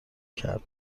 کرد